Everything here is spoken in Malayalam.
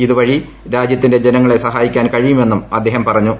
ഇതു വഴി രാജ്യത്തിന്റെ ജനങ്ങളെ ്രസ്ഹായിക്കാൻ കഴിയുമെന്നും അദ്ദേഹം പറഞ്ഞു